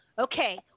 okay